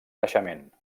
naixement